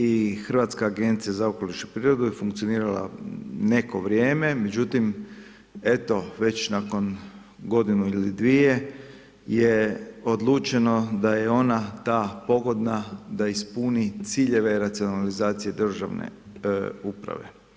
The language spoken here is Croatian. I Hrvatska agencija za okoliš i prirodu je funkcionirala neko vrijeme, međutim eto već nakon godinu ili dvije je odlučeno da je ona ta pogodna da ispuni ciljeve racionalizacije državne uprave.